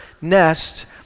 nest